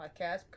podcast